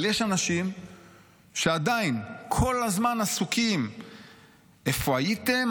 אבל יש אנשים שעדיין כל הזמן עסוקים באיפה הייתם,